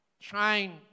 trying